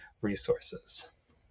resources